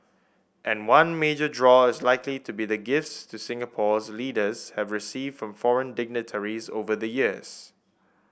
and one major draw is likely to be the gifts to Singapore's leaders have received from foreign dignitaries over the years